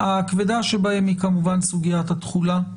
הכבדה שבהן היא כמובן סוגיית התחולה,